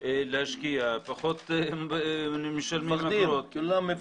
פחות משקיעים, פחות משלמים אגרות.